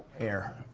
air.